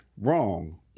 wrong